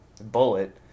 bullet